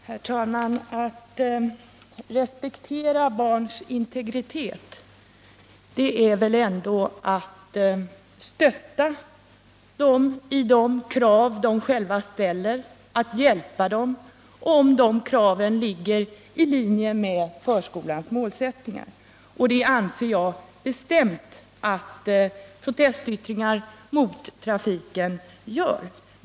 Herr talman! Att respektera barns integritet, det är väl ändå att stötta dem i de krav som de själva ställer, att hjälpa dem, om kraven ligger i linje med förskolans målsättningar. Och det anser jag bestämt att protestyttringar mot trafiken gör.